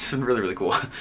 it's and really, really cool.